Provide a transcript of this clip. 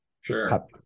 Sure